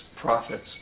profits